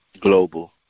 global